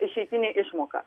išeitinė išmoka